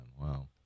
Wow